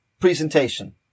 presentation